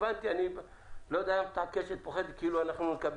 אני לא יודע למה את מתעקשת כאילו נאמר